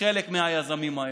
חלק מהיזמים האלה.